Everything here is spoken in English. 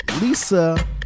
Lisa